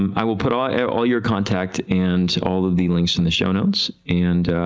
um i will put all yeah all your contacts and all the the links in the show notes, and